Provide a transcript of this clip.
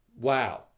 wow